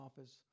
office